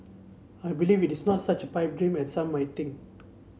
I believe it is not such pipe dream as some might think